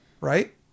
right